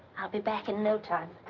i'll be back in no time.